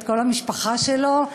את כל המשפחה שלו,